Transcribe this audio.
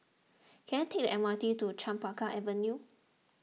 can I take the M R T to Chempaka Avenue